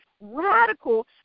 radical